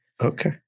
Okay